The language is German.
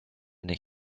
nicht